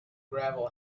gravel